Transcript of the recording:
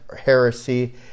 heresy